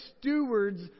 stewards